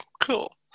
cool